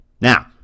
Now